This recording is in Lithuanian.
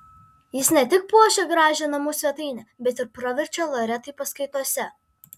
jis ne tik puošia gražią namų svetainę bet ir praverčia loretai paskaitose